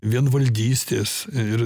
vienvaldystės ir